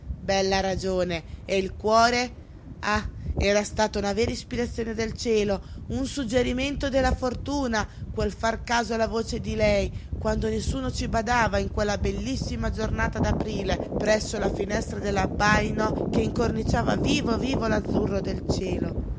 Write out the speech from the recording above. bella ragione e il cuore ah era stata una vera ispirazione del cielo un suggerimento della fortuna quel far caso alla voce di lei quando nessuno ci badava in quella bellissima giornata d'aprile presso la finestra dell'abbaino che incorniciava vivo vivo l'azzurro del cielo